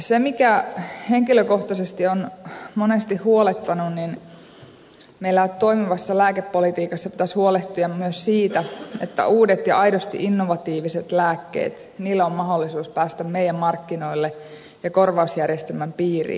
se mikä henkilökohtaisesti on monesti huolettanut on se että meillä toimivassa lääkepolitiikassa pitäisi huolehtia myös siitä että uusilla ja aidosti innovatiivisilla lääkkeillä on mahdollisuus päästä markkinoillemme ja korvausjärjestelmämme piiriin